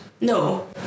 No